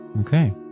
Okay